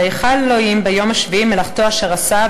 ויכל אלוהים ביום השביעי מלאכתו אשר עשה,